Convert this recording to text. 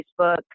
facebook